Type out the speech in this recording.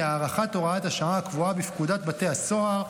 הארכת הוראת השעה הקבועה בפקודת בתי הסוהר,